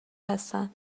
هستن